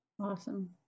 Awesome